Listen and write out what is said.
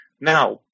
Now